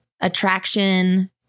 attraction